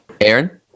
Aaron